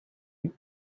you